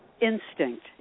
instinct